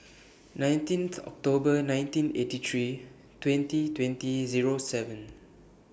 nineteenth October nineteen eighty three twenty twenty Zero seven